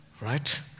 right